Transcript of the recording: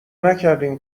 نکردین